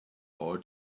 our